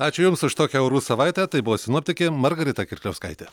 ačiū jums už tokią orų savaitę tai buvo sinoptikė margarita kirkliauskaitė